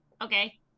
Okay